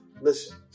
listen